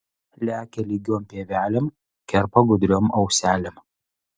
lekia lygiom pievelėm kerpa gudriom auselėm